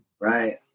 Right